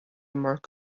mark